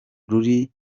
ruri